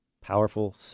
powerful